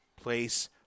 place